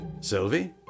Sylvie